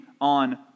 on